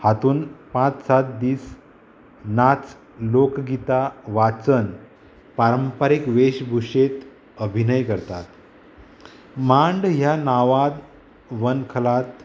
हातून पांच सात दीस नाच लोकगीतां वाचन पारंपारीक वेशभुशेंत अभिनय करतात मांड ह्या नांवान वन खाला